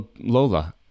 Lola